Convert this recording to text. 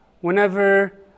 whenever